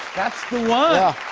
that's the one? yeah.